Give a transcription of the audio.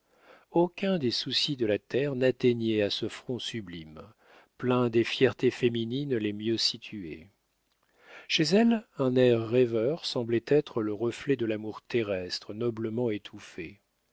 aucun des soucis de la terre n'atteignait à ce front sublime plein des fiertés féminines les mieux situées chez elle un air rêveur semblait être le reflet de l'amour terrestre noblement étouffé